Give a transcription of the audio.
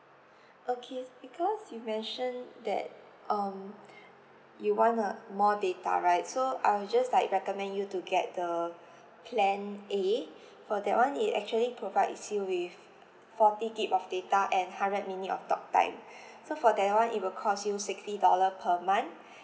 okay is because you mentioned that um you want a more data right so I'll just like recommend you to get the plan A for that one it actually provides you with forty gig of data and hundred minute of talk time so for that one it will cost you sixty dollar per month